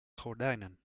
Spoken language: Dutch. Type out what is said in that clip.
gordijnen